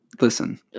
Listen